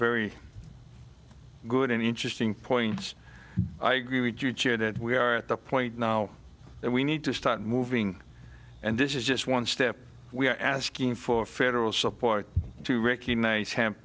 very good and interesting points i agree with you chair that we are at the point now that we need to start moving and this is just one step we're asking for federal support to recognize him